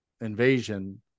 Invasion